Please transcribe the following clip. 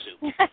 soup